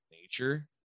Nature